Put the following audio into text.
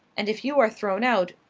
and if you are thrown out,